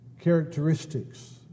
Characteristics